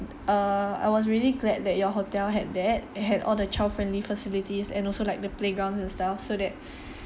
err I was really glad that your hotel had that had all the child-friendly facilities and also like the playgrounds and stuff so that